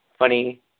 Funny